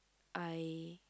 I